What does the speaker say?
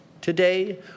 today